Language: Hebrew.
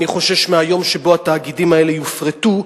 אך אני חושש מהיום שבו התאגידים האלה יופרטו,